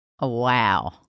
Wow